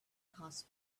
cost